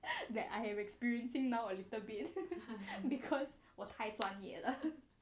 that I have experiencing now a little bit because 我太专业了